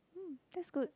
mm that's good